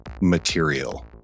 material